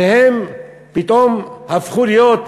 שפתאום הפכו להיות